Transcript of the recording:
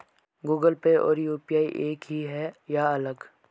Google Pay और UPI एक ही है या अलग?